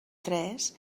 tres